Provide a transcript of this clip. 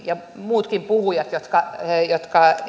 ja muutkin puhujat jotka